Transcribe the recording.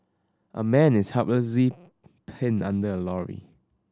a man is helplessly pinned under a lorry